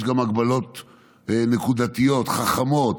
יש גם הגבלות נקודתיות, חכמות,